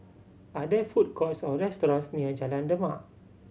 are there food courts or restaurants near Jalan Demak